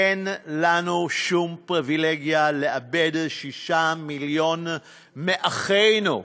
אין לנו שום פריבילגיה לאבד 6 מיליון מאחינו,